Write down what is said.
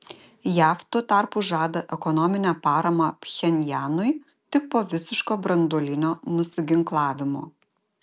jav tuo tarpu žada ekonominę paramą pchenjanui tik po visiško branduolinio nusiginklavimo